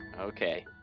okay